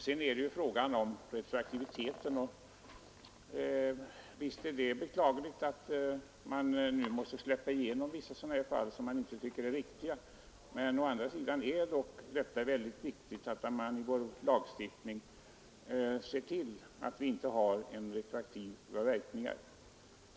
Beträffande retroaktiviteten är det beklagligt att man måste släppa igenom sådana fall som man inte tycker är riktiga. Å andra sidan är det mycket viktigt att vi i vår lagstiftning ser till att vi inte har retroaktiva verkningar.